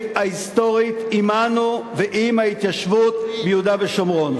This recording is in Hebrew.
ההיסטורית עמנו ועם ההתיישבות ביהודה ושומרון.